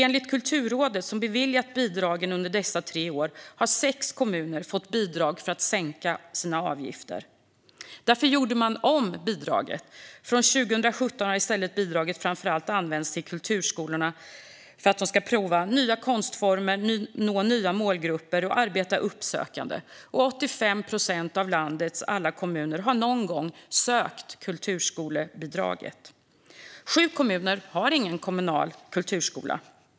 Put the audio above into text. Enligt Kulturrådet, som beviljat bidragen under dessa tre år, har bara sex kommuner fått bidrag för att sänka sina avgifter. Därför gjorde man om bidraget. Från 2017 har bidraget i stället framför allt använts för att kulturskolorna ska kunna prova nya konstformer, nå nya målgrupper och arbeta uppsökande. Av landets alla kommuner har 85 procent någon gång sökt kulturskolebidraget. Sju kommuner har ingen kommunal kulturskola.